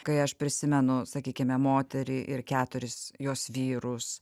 kai aš prisimenu sakykime moterį ir keturis jos vyrus